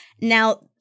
Now